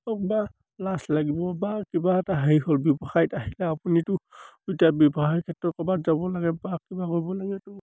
বা লাজ লাগিব বা কিবা এটা হেৰি হ'ল ব্যৱসায়ত আহিলে আপুনিটো যেতিয়া ব্যৱসায় ক্ষেত্ৰত ক'ৰবাত যাব লাগে বা কিবা কৰিব লাগেতো